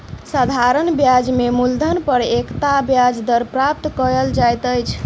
साधारण ब्याज में मूलधन पर एकता ब्याज दर प्राप्त कयल जाइत अछि